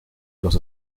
los